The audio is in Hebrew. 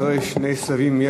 אחרי שני סבבים,